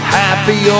happy